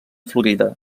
florida